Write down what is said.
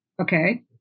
okay